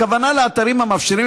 הכוונה לאתרים המאפשרים,